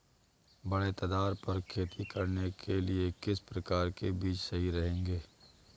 बड़े तादाद पर खेती करने के लिए किस प्रकार के बीज सही रहेंगे?